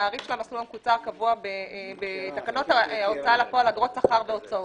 התעריף של המסלול המקוצר קבוע בתקנות ההוצאה לפועל (אגרות שכר והוצאות).